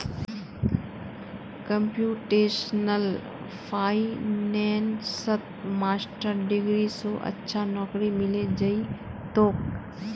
computational फाइनेंसत master degree स अच्छा नौकरी मिले जइ तोक